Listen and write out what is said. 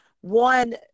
one